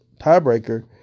tiebreaker